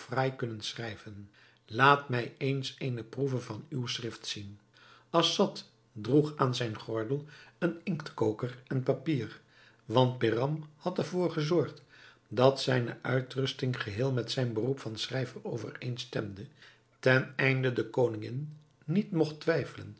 fraai kunnen schrijven laat mij eens eene proeve van uw schrift zien assad droeg aan zijn gordel een inktkoker en papier want behram had er voor gezorgd dat zijne uitrusting geheel met zijn beroep van schrijver overeenstemde teneinde de koningin niet mogt twijfelen